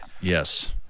Yes